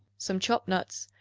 some chopped nuts,